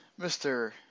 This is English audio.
Mr